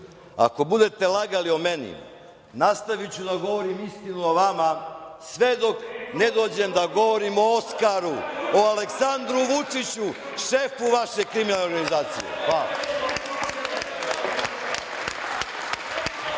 ako budete lagali o meni, nastaviću da govorim istinu o vama sve dok ne dođem da govorim o Oskaru, o Aleksandru Vučiću, šefu vaše kriminalne organizacije. Hvala.